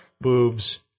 boobs